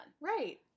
Right